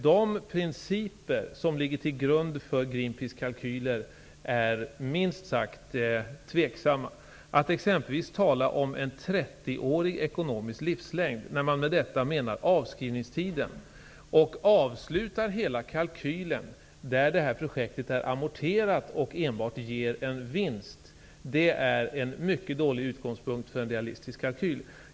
De principer som ligger till grund för Greenpeaces kalkyler är minst sagt tvivelaktiga. Att t.ex. tala om en 30-årig ekonomisk livslängd när man med detta menar avskrivningstiden och att avsluta hela kalkylen där projektet är amorterat och enbart ger vinst -- det är en mycket dålig utgångspunkt för en realistisk kalkyl.